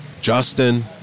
Justin